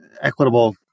equitable